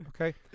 okay